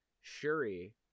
shuri